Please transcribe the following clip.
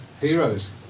Heroes